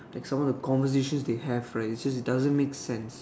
like some of the conversations they have right it just doesn't make sense